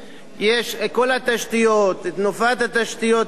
יש כל התשתיות, תנופת תשתיות למיניהן.